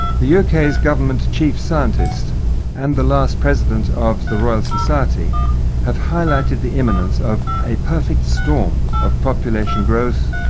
the yeah uk's government's chief scientist and the last president of the royal society have highlighted the imminence of a perfect storm of population growth,